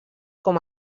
com